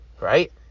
right